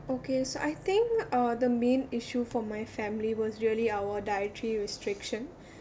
okay so I think uh the main issue for my family was really our dietary restriction